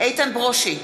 איתן ברושי,